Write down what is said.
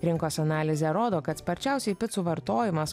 rinkos analizė rodo kad sparčiausiai picų vartojimas